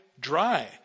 dry